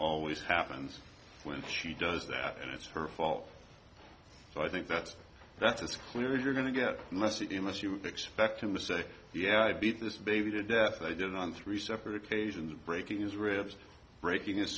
always happens when she does that and it's her fault so i think that's that's it's clear you're going to get messy in this you expect him to say yeah i beat this baby to death i did on three separate occasions breaking his ribs breaking his